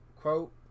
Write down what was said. Quote